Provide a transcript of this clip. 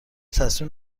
تصمیم